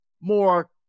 more